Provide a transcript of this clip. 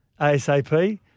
ASAP